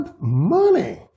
Money